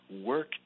work